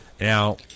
Now